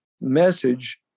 message